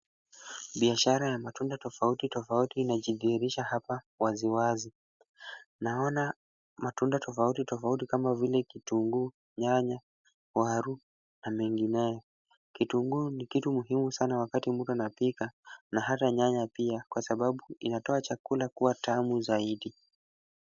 Biashara ya matunda tofauti tofauti inajidhihirisha hapa wazi wazi. Naona matunda tofauti tofauti kama vile kitunguu, nyanya, waru na mengineyo. Kitunguu ni kitu muhimu sana wakati mtu anapika na hata nyanya pia, kwa sababu inatoa chakula kuwa tamu zaidi.